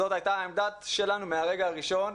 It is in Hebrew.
זאת הייתה העמדה שלנו מהרגע הראשון,